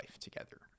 together